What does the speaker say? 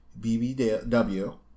BBW